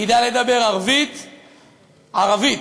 ידע לדבר ערבית ועברית.